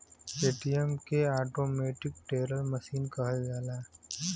ATM के automatic teller machine कहल जाला